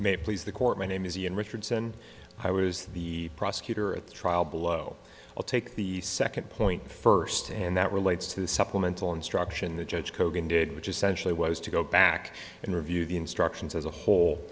it please the court my name is ian richardson i was the prosecutor at the trial below i'll take the second point first and that relates to the supplemental instruction the judge kogan did which essentially was to go back and review the instructions as a whole